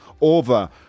over